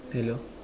hello